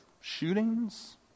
shootings